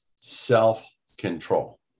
Self-control